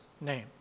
name